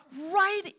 right